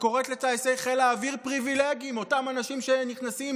שקוראת לטייסי חיל האוויר "פריבילגים" אותם אנשים שנכנסים